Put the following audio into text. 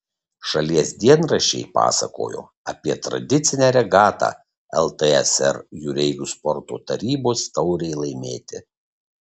šalies dienraščiai pasakojo apie tradicinę regatą ltsr jūreivių sporto tarybos taurei laimėti